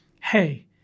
hey